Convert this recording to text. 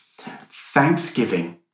Thanksgiving